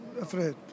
afraid